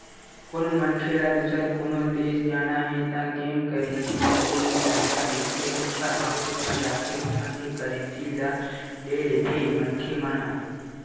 कोनो मनखे ल दुसर कोनो देस जाना हे त जेन करेंसी बदले के संस्था रहिथे ओखर ऑफिस म जाके उहाँ के करेंसी ल ले लेथे मनखे मन ह